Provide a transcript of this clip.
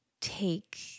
take